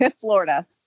Florida